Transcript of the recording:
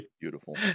beautiful